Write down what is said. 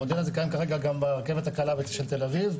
המודל הזה קיים כרגע גם ברכבת הקלה של תל אביב.